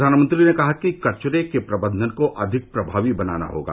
प्रधानमंत्री ने कहा कि कचरे के प्रबंधन को अधिक प्रभावी बनाना होगा